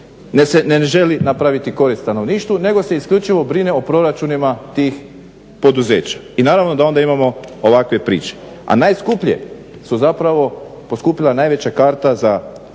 ne želi napraviti korist stanovništvu nego se isključivo brine o proračunima tih poduzeća. I naravno da onda imamo ovakve priče. A najskuplje su zapravo poskupila je najveća karta od